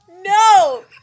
No